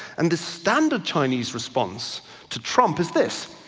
and the standard chinese response to trump is this,